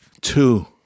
two